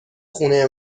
خونه